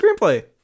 screenplay